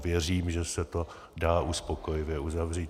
Věřím, že se to dá uspokojivě uzavřít.